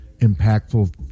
impactful